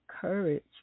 courage